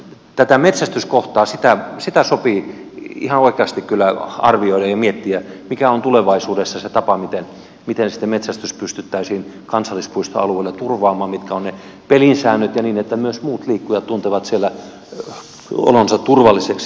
tätä metsästyskohtaa sitä sopii ihan oikeasti kyllä arvioida ja miettiä mikä on tulevaisuudessa se tapa millä metsästys pystyttäisiin kansallispuistoalueella turvaamaan mitkä ovat ne pelisäännöt ja miten myös muut liikkujat tuntevat siellä olonsa turvalliseksi